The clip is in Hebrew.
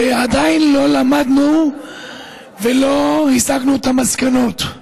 שעדיין לא למדנו ולא הסקנו את המסקנות.